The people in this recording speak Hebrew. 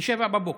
ב-07:00